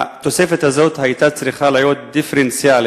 התוספת הזאת היתה צריכה להיות דיפרנציאלית.